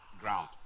ground